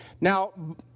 Now